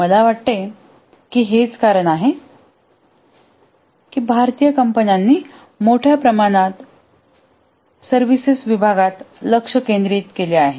मला वाटते की हेच कारण आहे की भारतीय कंपन्यांनी मोठ्या प्रमाणात सर्व्हिसेस विभागात लक्ष केंद्रित केले आहे